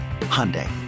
Hyundai